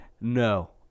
No